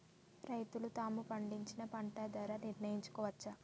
రైతులు తాము పండించిన పంట ధర నిర్ణయించుకోవచ్చా?